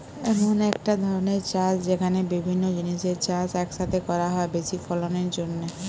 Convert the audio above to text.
এমন একটা ধরণের চাষ যেখানে বিভিন্ন জিনিসের চাষ এক সাথে করা হয় বেশি ফলনের জন্যে